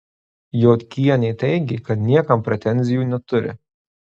jodkienė teigė kad niekam pretenzijų neturi